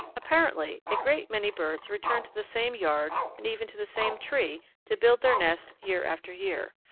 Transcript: apparently a great many birds return to the same yard and even to the same tree to build their nest year after year.